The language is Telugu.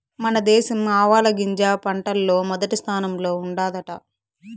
మన దేశం ఆవాలగింజ పంటల్ల మొదటి స్థానంలో ఉండాదట